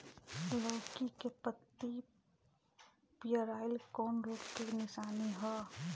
लौकी के पत्ति पियराईल कौन रोग के निशानि ह?